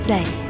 Day